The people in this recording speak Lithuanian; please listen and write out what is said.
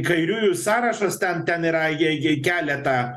kairiųjų sąrašas ten ten yra jie jie kelia tą